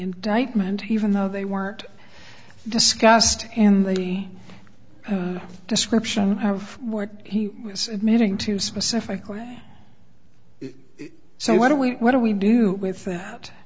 indictment even though they weren't discussed in the description of what he was admitting to specifically so what do we what do we do with that